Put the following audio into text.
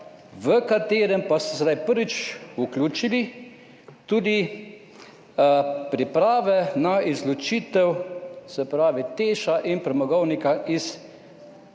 v katerega pa so sedaj prvič vključili tudi priprave na izločitev Teša in Premogovnika iz